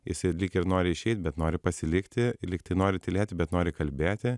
jis ir lyg ir nori išeit bet nori pasilikti lyg tai nori tylėti bet nori kalbėti